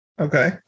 okay